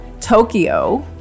Tokyo